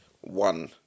one